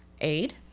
aid